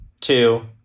two